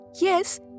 Yes